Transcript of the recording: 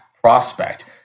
prospect